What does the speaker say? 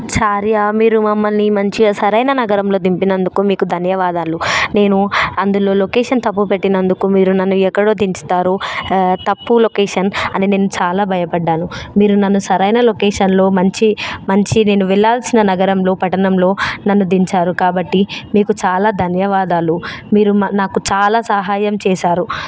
చార్య మీరు మమ్మల్ని మంచిగా సరైన నగరంలో దింపినందుకు మీకు ధన్యవాదాలు నేను అందులో లొకేషన్ తక్కువ పెట్టినందుకు మీరు నన్ను ఎక్కడో దించుతారు తప్పు లొకేషన్ అని నేను చాలా భయపడ్డాను మీరు నన్ను సరైన లొకేషన్లో మంచి మంచి నేను వెళ్ళాల్సిన నగరంలో పట్టణంలో నన్ను దించారు కాబట్టి మీకు చాలా ధన్యవాదాలు మీరు నాకు చాలా సహాయం చేశారు